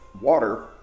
water